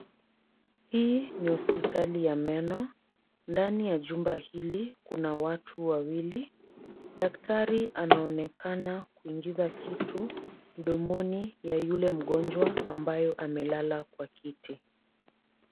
Hii ni hospitali ya meno. Ndani ya jumba hili kuna watu wawili. Daktari anaonekana kuingiza kitu mdomoni ya yule mgonjwa ambayo amelala kwa kiti.